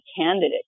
candidate